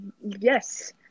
yes